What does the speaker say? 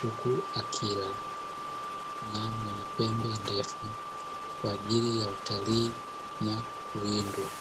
huku akila na mwenye pembe ndefu kwa ajili ya utalii na kuwindwa.